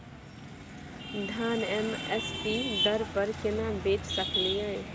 धान M S P दर पर केना बेच सकलियै?